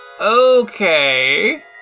Okay